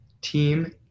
team